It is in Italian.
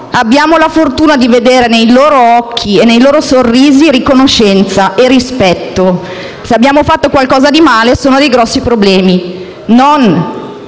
abbiamo la fortuna di vedere nei loro occhi e nei loro sorrisi riconoscenza e rispetto. Se abbiamo fatto qualcosa di male, nascono grossi problemi.